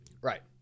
Right